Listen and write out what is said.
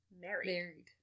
married